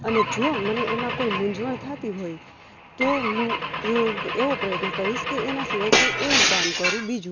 અને જો મને એમાં કોઈ મુંઝવણ થતી હોય તો હું એવો પ્રયત્ન કરીશ કે એના સિવાય કોઈ એવું કામ કરું બીજું